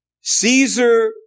Caesar